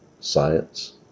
science